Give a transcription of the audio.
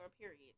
period